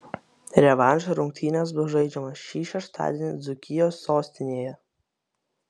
revanšo rungtynės bus žaidžiamos šį šeštadienį dzūkijos sostinėje